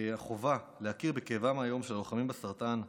החובה להכיר היום בכאבם של הלוחמים בסרטן,